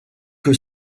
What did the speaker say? que